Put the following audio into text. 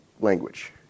language